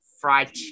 fried